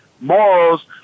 morals